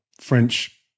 French